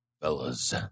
fellas